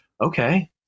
okay